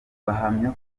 bahamya